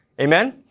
Amen